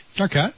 Okay